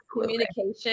communication